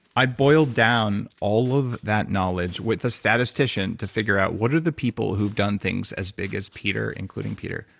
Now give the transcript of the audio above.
i boiled down all of that knowledge with a statistician, to figure out, what are the people who've done things as big as peter including peter,